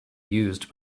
used